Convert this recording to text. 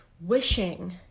Wishing